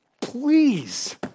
Please